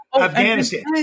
Afghanistan